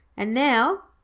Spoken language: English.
and now,